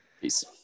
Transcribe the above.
Peace